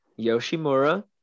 Yoshimura